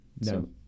No